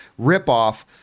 ripoff